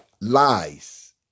lies